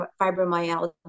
fibromyalgia